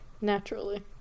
Naturally